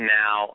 now